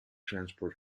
transport